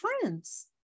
friends